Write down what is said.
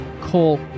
Cole